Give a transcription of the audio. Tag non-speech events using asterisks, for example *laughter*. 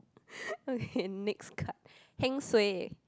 *breath* okay next card heng suay